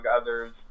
others